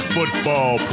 Football